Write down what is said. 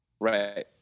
Right